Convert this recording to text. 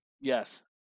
Yes